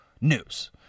news